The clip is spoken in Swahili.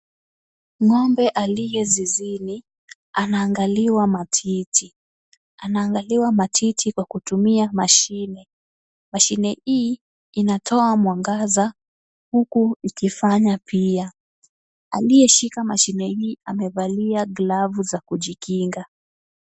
Ng'ombe aliye zizini anaangaliwa matiti. Anaangaliwa matiti kwa kutumia mashine. Mashine hii inatoa mwangaza, huku ikifanya pia. Aliyeshika mashine hii amevalia glavu za kujikinga.